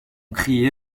criait